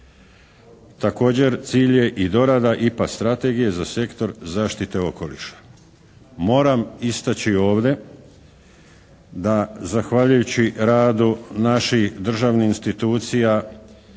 Također cilj je i dorada IPA strategije za sektor zaštite okoliša. Moram istaći ovdje da zahvaljujući radu naših državnih institucija